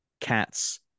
cats